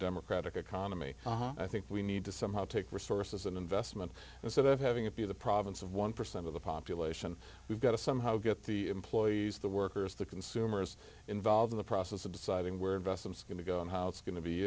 democratic economy i think we need to somehow take resources and investment and so that having it be the province of one percent of the population we've got to somehow get the employees the workers the consumers involved in the process of deciding where investments going to go and how it's go